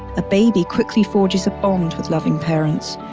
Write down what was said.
a baby quickly forges a bond with loving parents,